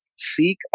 seek